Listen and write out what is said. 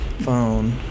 Phone